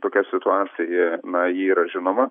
tokia situacija na ji yra žinoma